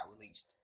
released